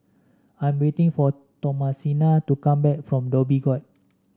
I'm waiting for Thomasina to come back from Dhoby Ghaut